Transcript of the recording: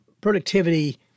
productivity